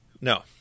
No